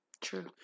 true